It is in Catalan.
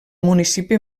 municipi